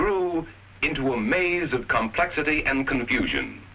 grew into a maze of complexity and confusion